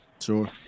Sure